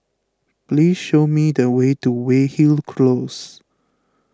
please show me the way to Weyhill Close